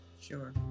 Sure